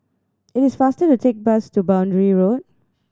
it is faster to take the bus to Boundary Road